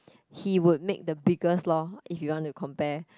he would make the biggest loh if you want to compare